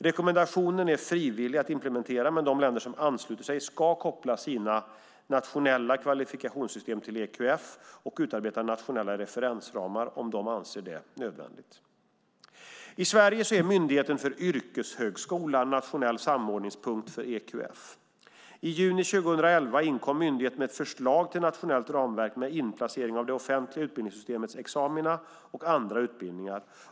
Rekommendationen är frivillig att implementera, men de länder som ansluter sig ska koppla sina nationella kvalifikationssystem till EQF och utarbeta nationella referensramar om de anser det nödvändigt. I Sverige är Myndigheten för yrkeshögskolan nationell samordningspunkt för EQF. I juni 2011 inkom myndigheten med ett förslag till nationellt ramverk med inplacering av det offentliga utbildningssystemets examina och andra utbildningar.